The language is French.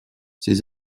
ses